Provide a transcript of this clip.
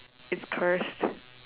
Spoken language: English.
it's cursed